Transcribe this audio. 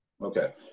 Okay